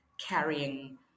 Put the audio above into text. carrying